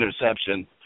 interception